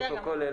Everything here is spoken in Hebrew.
לפרוטוקול,